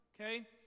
Okay